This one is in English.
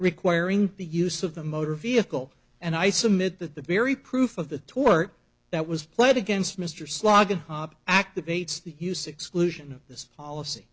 requiring the use of the motor vehicle and i submit that the very proof of the tort that was played against mr slogging hobb activates the use exclusion of this policy